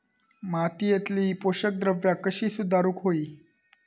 मातीयेतली पोषकद्रव्या कशी सुधारुक होई?